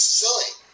silly